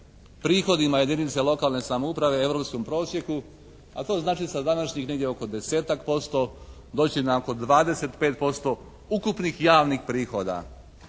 prihodima jedinice lokalne samouprave europskom prosjeku a to znači sa današnjih negdje oko 10-tak posto doći na oko 25% ukupnih javnih prihoda.